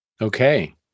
Okay